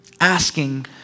asking